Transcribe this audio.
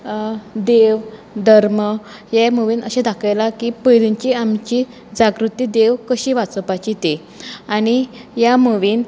देव धर्म हे मुवीन अशें दाखयलां की पयलींनची आमची जागृती देव कशी वाचोवपाची ती आनी ह्या मुवीन